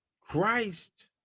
Christ